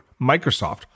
Microsoft